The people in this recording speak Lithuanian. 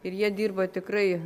ir jie dirba tikrai